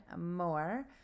more